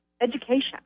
education